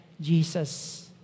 Jesus